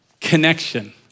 connection